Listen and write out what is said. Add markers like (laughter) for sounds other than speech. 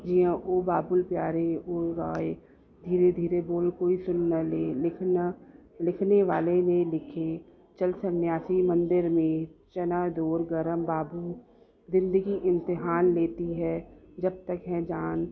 जीअं ओ बाबुल प्यारे ओ (unintelligible) धीरे धीरे बोल कोई सुन ना ले लिखना लिखने वाले ने लिखे चल संयासी मंदिर में चन्ना जोर गरम बाबु ज़िंदगी इम्तहान लेती है जब तक है जान